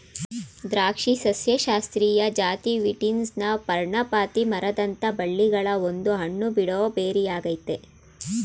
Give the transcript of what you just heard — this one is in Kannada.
ದ್ರಾಕ್ಷಿ ಸಸ್ಯಶಾಸ್ತ್ರೀಯ ಜಾತಿ ವೀಟಿಸ್ನ ಪರ್ಣಪಾತಿ ಮರದಂಥ ಬಳ್ಳಿಗಳ ಒಂದು ಹಣ್ಣುಬಿಡೋ ಬೆರಿಯಾಗಯ್ತೆ